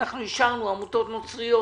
עמותות נוצריות